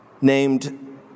named